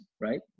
right